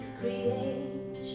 creation